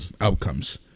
outcomes